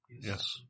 Yes